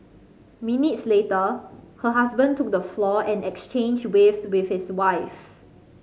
minutes later her husband took the floor and exchanged waves with his wife